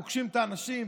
פוגשים את האנשים,